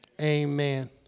Amen